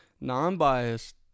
Non-biased